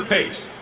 Pace